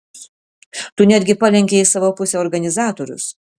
tu netgi palenkei į savo pusę organizatorius